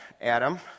Adam